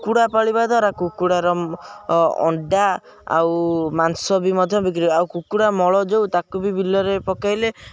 କୁକୁଡ଼ା ପାଳିବା ଦ୍ୱାରା କୁକୁଡ଼ାର ଅଣ୍ଡା ଆଉ ମାଂସ ବି ମଧ୍ୟ ବିକ୍ରି ଆଉ କୁକୁଡ଼ା ମଳ ଯୋଉ ତାକୁ ବି ବିଲରେ ପକେଇଲେ